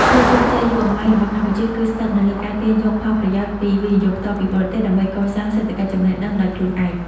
ភាពជោគជ័យយូរអង្វែងរបស់កម្ពុជា គឺស្ថិតនៅលើការទាញយកផលប្រយោជន៍ពី វិនិយោគផ្ទាល់ពីបរទេស ដើម្បីកសាង "សេដ្ឋកិច្ចចំណេះដឹង" ដោយខ្លួនឯង។